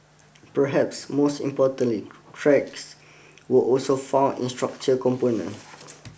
perhaps most importantly cracks were also found in structure component